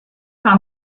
par